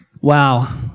Wow